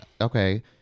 okay